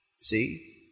See